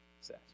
says